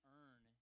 earn